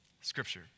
scripture